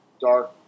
dark